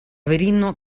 virino